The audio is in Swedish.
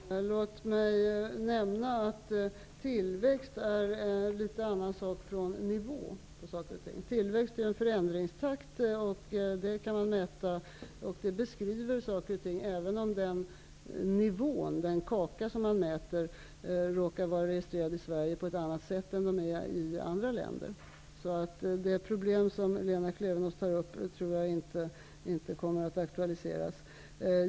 Herr talman! Låt mig nämna att tillväxt är något mer än en viss nivå. Tillväxt är en förändringstakt, som kan mätas. Den beskriver förhållanden även om nivån, den kaka som man mäter, råkar vara registrerad på annat sätt i Sverige än i andra länder. Det problem som Lena Klevenås tar upp tror jag inte kommer att aktualiseras.